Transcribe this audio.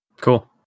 Cool